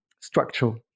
structural